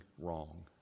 wrong